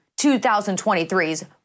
2023's